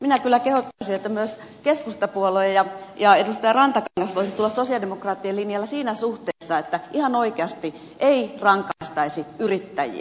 minä kyllä kehottaisin että myös keskustapuolue ja edustaja rantakangas voisivat tulla sosialidemokraattien linjalle siinä suhteessa että ihan oikeasti ei rangaistaisi yrittäjiä